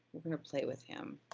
we're gonna play with him.